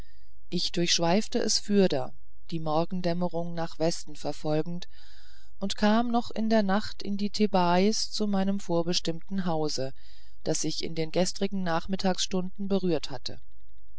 ich durchschweifte es fürder die morgendämmerung nach westen verfolgend und kam noch in der nacht in die thebais zu meinem vorbestimmten hause das ich in den gestrigen nachmittagsstunden berührt hatte